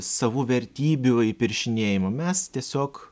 savų vertybių įpiršinėjimo mes tiesiog